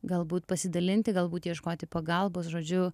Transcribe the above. galbūt pasidalinti galbūt ieškoti pagalbos žodžiu